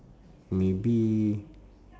maybe